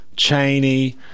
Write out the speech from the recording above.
Cheney